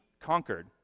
conquered